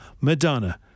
Madonna